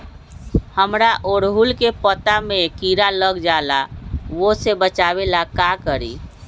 हमरा ओरहुल के पत्ता में किरा लग जाला वो से बचाबे ला का करी?